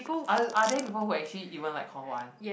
are are there people who actually even like hall one